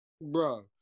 bro